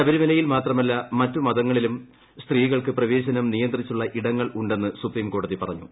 ശബരിമലയിൽ മാത്രമല്ല മറ്റ് മൽങ്ങളിലും സ്ത്രീകൾക്ക് പ്രവേശനം നിയന്ത്രിച്ചിട്ടുളള ഇടങ്ങൾ ഉണ്ടെന്ന് സുപ്രീംകോടതി പറഞ്ഞു